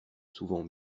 souvent